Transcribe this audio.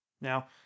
Now